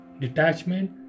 detachment